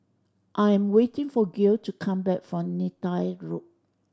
I am waiting for Gail to come back from Neythai Road